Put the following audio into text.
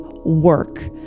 work